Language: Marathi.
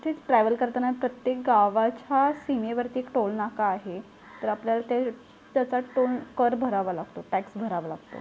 ते ट्रॅव्हल करताना प्रत्येक गावाच्या सीमेवरती एक टोलनाका आहे तर आपल्याला ते त्याचा टोल कर भरावा लागतो टॅक्स भरावा लागतो